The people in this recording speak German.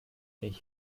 ich